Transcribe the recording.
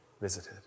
visited